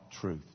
truth